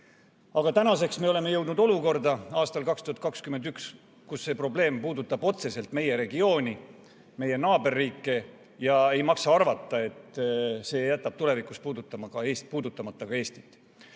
aastal 2021 oleme jõudnud olukorda, kus see probleem puudutab otseselt meie regiooni, meie naaberriike ja ei maksa arvata, et see jätab tulevikus puudutamata ka Eesti.